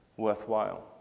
worthwhile